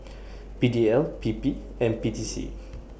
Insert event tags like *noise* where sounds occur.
*noise* P D L P P and P T C